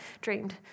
dreamed